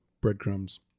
breadcrumbs